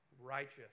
righteous